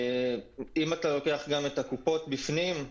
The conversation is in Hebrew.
אם אתה לוקח גם את הקופות בפנים,